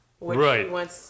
Right